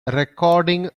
recording